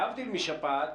להבדיל משפעת,